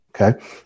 okay